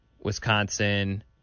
Wisconsin